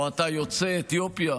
או אתה יוצא אתיופיה,